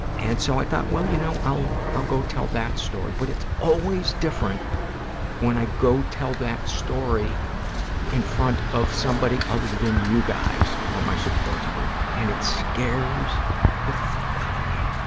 and so i thought, well, you know, i'll i'll go tell that story, but it's always different when i go to tell that story in front of somebody other than you guys or my support group, and it scares the fuck out of me.